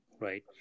Right